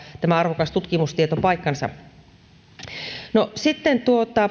tämä arvokas tutkimustieto vakiinnuttaa paikkansa no sitten